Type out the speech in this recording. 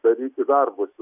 daryti darbus